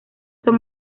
son